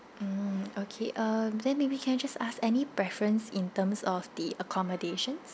mm okay uh then maybe can I just ask any preference in terms of the accommodations